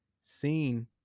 seen